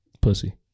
pussy